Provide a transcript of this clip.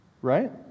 right